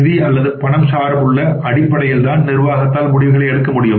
நிதி அல்லது பணம் சார்புள்ள அடிப்படையில்தான் நிர்வாகத்தால் முடிவுகளை எடுக்க முடியும்